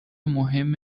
مهم